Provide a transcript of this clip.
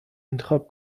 انتخاب